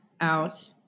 out